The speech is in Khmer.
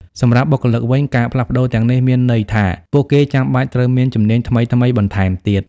សម្រាប់បុគ្គលិកវិញ ការផ្លាស់ប្តូរទាំងនេះមានន័យថាពួកគេចាំបាច់ត្រូវមានជំនាញថ្មីៗបន្ថែមទៀត។